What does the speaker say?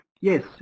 Yes